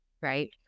right